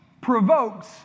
provokes